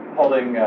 holding